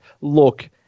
look